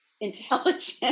intelligent